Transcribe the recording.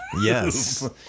Yes